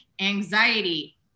anxiety